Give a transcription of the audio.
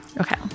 Okay